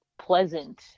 pleasant